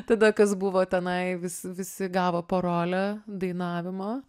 tada kas buvo tenai visi visi gavo po rolę dainavimo